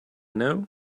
know